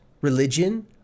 religion